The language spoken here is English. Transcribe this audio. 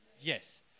Yes